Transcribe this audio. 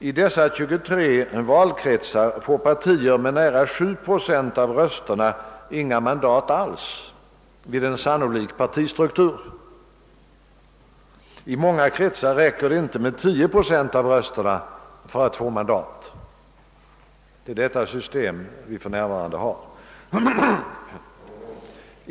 I dessa 23 valkretsar får partier med nära 7 procent av rösterna inget mandat alls vid en sannolik partistruktur. I många kretsar räcker det inte med 10 procent av rösterna för att få mandat. Det är detta system vi för närvarande har.